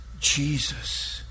Jesus